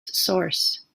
source